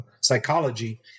psychology